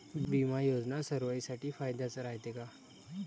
बिमा योजना सर्वाईसाठी फायद्याचं रायते का?